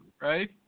right